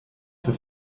für